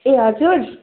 ए हजुर